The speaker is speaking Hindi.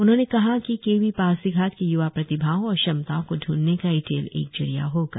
उन्होंने कहा कि केवी पासीघाट के य्वा प्रतिभाओं और क्षमताओं को ढूंढने का एटीएल एक जरिया होगा